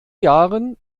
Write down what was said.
jahren